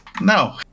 No